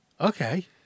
Okay